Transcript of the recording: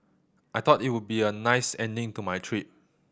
I thought it would be a nice ending to my trip